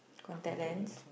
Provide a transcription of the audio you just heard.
contact lens